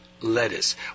Lettuce